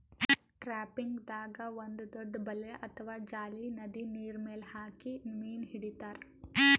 ಟ್ರಾಪಿಂಗ್ದಾಗ್ ಒಂದ್ ದೊಡ್ಡ್ ಬಲೆ ಅಥವಾ ಜಾಲಿ ನದಿ ನೀರ್ಮೆಲ್ ಹಾಕಿ ಮೀನ್ ಹಿಡಿತಾರ್